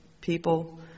people